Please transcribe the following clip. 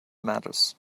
matters